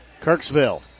Kirksville